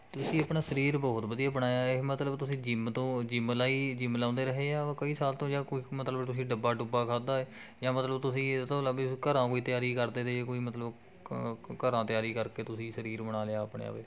ਤੁਸੀਂ ਆਪਣਾ ਸਰੀਰ ਬਹੁਤ ਵਧੀਆ ਬਣਾਇਆ ਏ ਇਹ ਮਤਲਬ ਤੁਸੀ ਜਿੰਮ ਤੋਂ ਜਿੰਮ ਲਾਈ ਜਿੰਮ ਲਾਉਂਦੇ ਰਹੇ ਆ ਕਈ ਸਾਲ ਤੋਂ ਜਾਂ ਕੋਈ ਮਤਲਬ ਤੁਸੀਂ ਡੱਬਾ ਡੁਬਾ ਖਾਧਾ ਏ ਜਾਂ ਮਤਲਬ ਤੁਸੀਂ ਇਹਤੋਂ ਅਲੱਗ ਘਰਾਂ ਕੋਈ ਤਿਆਰੀ ਕਰਦੇ ਅਤੇ ਜੀ ਕੋਈ ਮਤਲਬ ਘਰਾਂ ਤਿਆਰੀ ਕਰਕੇ ਤੁਸੀਂ ਸਰੀਰ ਬਣਾ ਲਿਆ ਆਪਣੇ ਆਪ ਏ